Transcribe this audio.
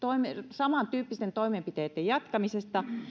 samantyyppisten toimenpiteitten jatkamisesta